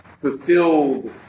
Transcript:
fulfilled